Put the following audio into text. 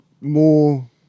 more